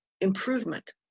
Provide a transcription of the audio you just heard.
improvement